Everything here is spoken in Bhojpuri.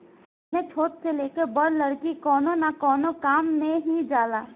एमे छोट से लेके बड़ लकड़ी कवनो न कवनो काम मे ही जाला